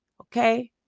Okay